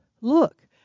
look